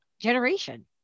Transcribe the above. generation